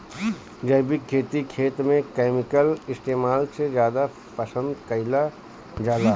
जैविक खेती खेत में केमिकल इस्तेमाल से ज्यादा पसंद कईल जाला